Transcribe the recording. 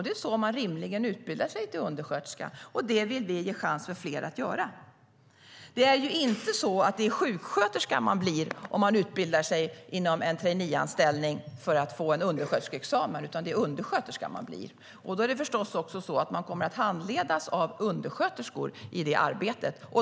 Det är så man rimligen utbildar sig till undersköterska, och det vill vi ge fler en chans att göra. Man blir inte sjuksköterska om man utbildar sig inom ramen för en traineeanställning för att få en undersköterskeexamen. Då handleds man förstås av undersköterskor i arbetet.